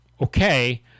okay